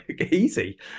easy